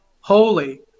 Holy